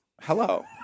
Hello